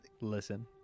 Listen